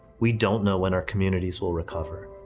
we don't know when our communities will recover.